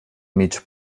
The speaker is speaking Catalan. mig